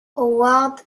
howard